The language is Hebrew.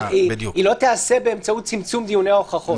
תיעשה באמצעות צמצום דיוני ההוכחות.